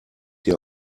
dir